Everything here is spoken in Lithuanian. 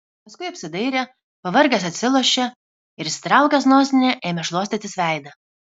paskui apsidairė pavargęs atsilošė ir išsitraukęs nosinę ėmė šluostytis veidą